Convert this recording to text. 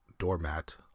Doormat